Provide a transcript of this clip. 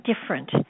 different